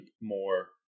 more